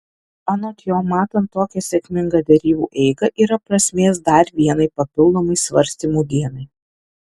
anot jo matant tokią sėkmingą derybų eigą yra prasmės dar vienai papildomai svarstymų dienai